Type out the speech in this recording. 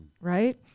right